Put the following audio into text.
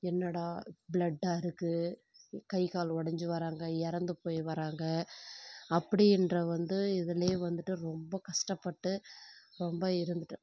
என்னடா பிளட்டாக இருக்குது கை கால் உடஞ்சி வராங்க இறந்து போய் வராங்க அப்படின்ற வந்து இதுலேயே வந்துட்டு ரொம்ப கஷ்டப்பட்டு ரொம்ப இருந்துட்டு